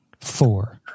four